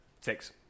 Six